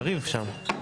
הצבעה אושר.